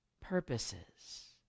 purposes